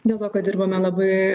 dėl to kad dirbame labai